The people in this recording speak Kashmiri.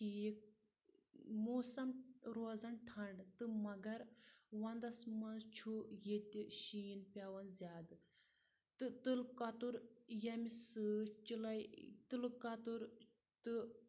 ٹھیٖک موسَم روزان ٹھنٛڈٕ تہٕ مَگر وَنٛدَس منٛز چھُ ییٚتہِ شیٖن پیوان زیادٕ تہٕ تلہٕ کَتُر ییٚمہِ سۭتۍ چلٕے تُلہٕ کَتُر تہٕ